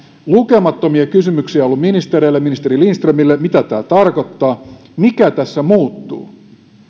lukemattomia kysymyksiä on ollut ministereille ministeri lindströmille mitä tämä tarkoittaa mikä tässä muuttuu